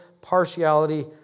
partiality